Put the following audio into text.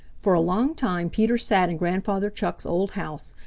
for a long time peter sat in grandfather chuck's old house,